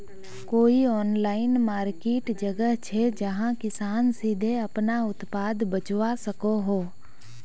कोई online market जगह छे जहाँ किसान सीधे अपना उत्पाद बचवा सको हो?